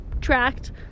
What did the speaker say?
tracked